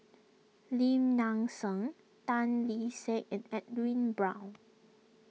Lim Nang Seng Tan Kee Sek and Edwin Brown